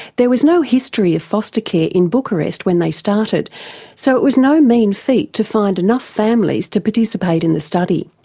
there was no history of foster care in bucharest when they started so it was no mean feat to find enough families to participate in the study.